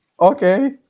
okay